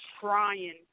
trying